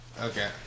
Okay